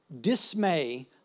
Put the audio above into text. dismay